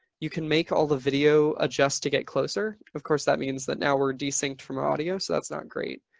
you can make all the video adjust to get closer, of course, that means that now we're distinct from audio, so that's not great,